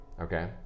okay